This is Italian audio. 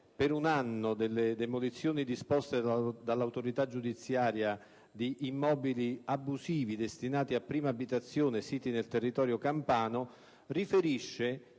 per un anno delle demolizioni disposte dell'autorità giudiziaria di immobili abusivi destinati a prima abitazione siti del territorio campano, riferisce